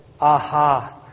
aha